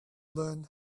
learn